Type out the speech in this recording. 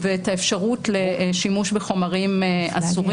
ואת האפשרות לשימוש בחומרים אסורים,